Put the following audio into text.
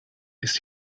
ist